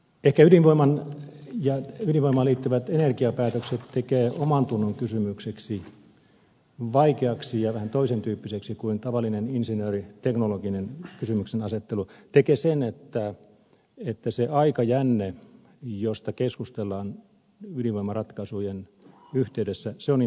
ehkä ydinvoimaan liittyvät energiapäätökset tekee omantunnonkysymykseksi vaikeaksi ja vähän toisen tyyppiseksi kuin tavallinen insinööriteknologinen kysymyksenasettelu se että se aikajänne josta keskustellaan ydinvoimaratkaisujen yhteydessä on niin tavattoman pitkä